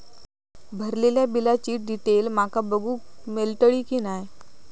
भरलेल्या बिलाची डिटेल माका बघूक मेलटली की नाय?